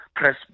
press